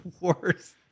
worst